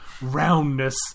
Roundness